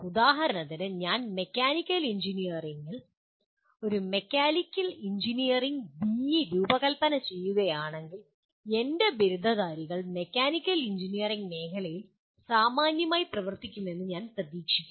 ഉദാഹരണത്തിന് ഞാൻ മെക്കാനിക്കൽ എഞ്ചിനീയറിംഗിൽ ഒരു മെക്കാനിക്കൽ എഞ്ചിനീയറിംഗ് ബിഇ രൂപകൽപ്പന ചെയ്യുകയാണെങ്കിൽ എൻ്റെ ബിരുദധാരികൾ മെക്കാനിക്കൽ എഞ്ചിനീയറിംഗ് മേഖലയിൽ സാമാന്യമായി പ്രവർത്തിക്കുമെന്ന് ഞാൻ പ്രതീക്ഷിക്കുന്നു